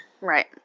Right